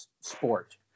sport